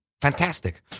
Fantastic